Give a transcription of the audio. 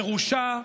מרושע,